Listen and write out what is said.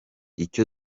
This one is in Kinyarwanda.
icyo